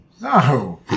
No